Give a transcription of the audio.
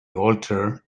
alter